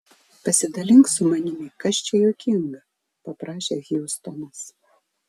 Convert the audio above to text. pasidalink su manimi kas čia juokinga paprašė hjustonas